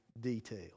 detail